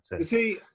see